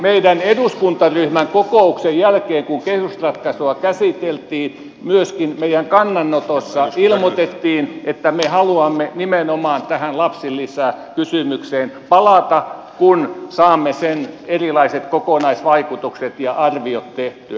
meidän eduskuntaryhmän kokouksen jälkeen kun kehysratkaisua käsiteltiin myöskin meidän kannanotossamme ilmoitettiin että me haluamme nimenomaan tähän lapsilisäkysymykseen palata kun saamme sen erilaiset kokonaisvaikutukset ja arviot tehtyä